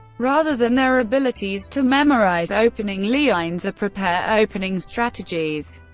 rather than their abilities to memorize opening lines or prepare opening strategies.